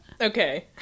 Okay